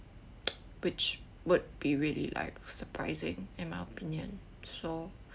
which would be really like surprising in my opinion so